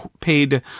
paid